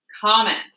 comment